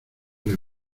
les